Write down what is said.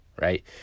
right